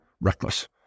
reckless